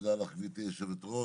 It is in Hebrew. תודה לך גברתי יושבת הראש,